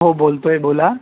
हो बोलतो आहे बोला